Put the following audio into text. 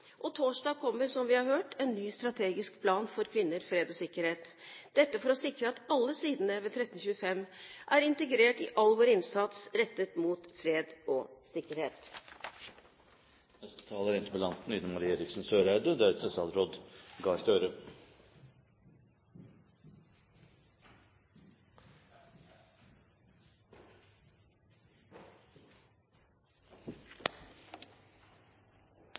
Torsdag kommer, som vi har hørt, en ny strategisk plan for kvinner, fred og sikkerhet, dette for å sikre at alle sidene ved 1325 er integrert i all vår innsats rettet mot fred og sikkerhet.